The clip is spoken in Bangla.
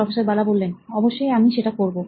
প্রফেসর বালা অবশ্যই আমি সেটা করবো